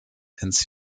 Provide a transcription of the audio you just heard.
ins